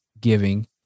giving